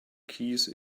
keys